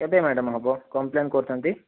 କେବେ ମ୍ୟାଡ଼ାମ ହେବ କମ୍ପ୍ଳେନ କରୁଛନ୍ତି